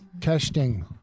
Testing